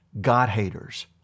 God-haters